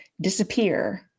disappear